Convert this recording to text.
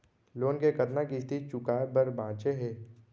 Loan के कतना किस्ती चुकाए बर बांचे हे?